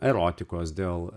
erotikos dėl